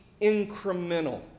incremental